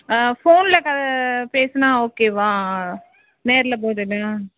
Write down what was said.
ஃபோனில் க பேசுனால் ஓகேவா நேரில் போகிறத விட